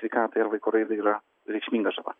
sveikatai ar vaiko raidai yra reikšminga žala